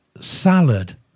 Salad